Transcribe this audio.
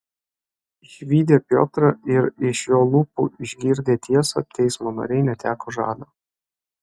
išvydę piotrą ir iš jo lūpų išgirdę tiesą teismo nariai neteko žado